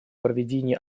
проведение